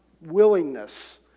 willingness